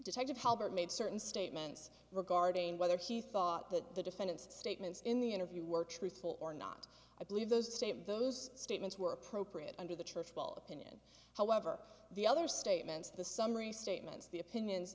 detective hubbard made certain statements regarding whether he thought that the defendant's statements in the interview were truthful or not i believe the state of those statements were appropriate under the church hall opinion however the other statements the summary statements the opinion